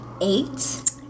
Eight